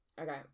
Okay